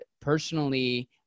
personally